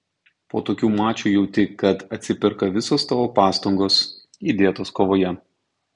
po tokių mačų jauti kad atsiperka visos tavo pastangos įdėtos kovoje